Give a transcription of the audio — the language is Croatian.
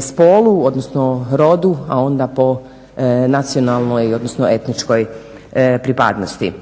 spolu odnosno rodu a onda po nacionalnoj odnosno etničkoj pripadnosti.